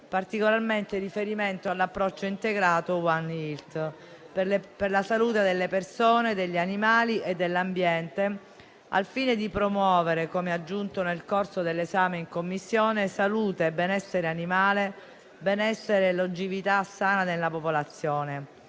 particolarmente in riferimento all'approccio integrato *one health* per la salute delle persone, degli animali e dell'ambiente, al fine di promuovere - come aggiunto nel corso dell'esame in Commissione - salute e benessere animale, benessere e longevità sana nella popolazione.